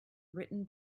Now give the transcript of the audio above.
written